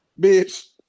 bitch